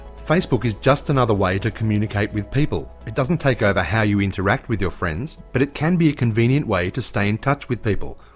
facebook is just another way to communicate with people. it doesn't take over how you interact with your friends, but it can be a convenient way to stay in touch with people.